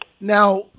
Now